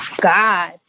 God